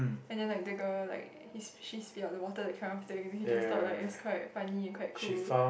and then like the girl like he spit she spit out the water that kind of thing then he just thought like it's quite funny and quite cool